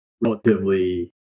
relatively